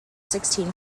sixteen